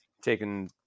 taken